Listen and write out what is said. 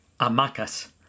amacas